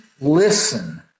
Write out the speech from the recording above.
listen